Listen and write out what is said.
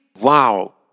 wow